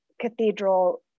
Cathedral